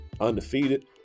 undefeated